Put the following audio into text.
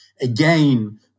Again